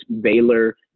Baylor